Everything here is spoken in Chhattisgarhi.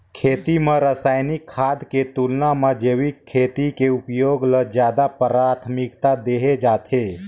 खेती म रसायनिक खाद के तुलना म जैविक खेती के उपयोग ल ज्यादा प्राथमिकता देहे जाथे